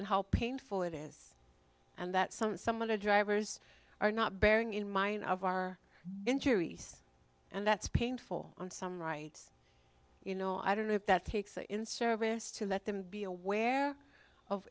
and how painful it is and that some some of the drivers are not bearing in mind of our injuries and that's painful on some rights you know i don't know if that takes an in service to let them be aware of